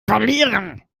verlieren